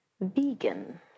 vegan